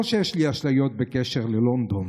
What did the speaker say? לא שיש לי אשליות בקשר ללונדון,